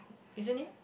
isn't it